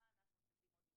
מה אנחנו צריכים עוד לשנות,